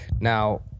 Now